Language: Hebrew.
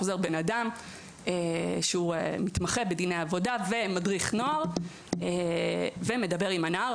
חוזר בן אדם שהוא מתמחה בדיני עבודה ומדריך נוער והוא מדבר עם הנער.